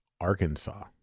Arkansas